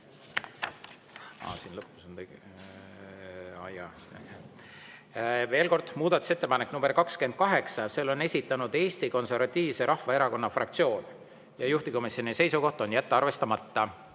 täielikult. Muudatusettepanek nr 28, selle on esitanud Eesti Konservatiivse Rahvaerakonna fraktsioon ja juhtivkomisjoni seisukoht on jätta arvestamata.